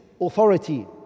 authority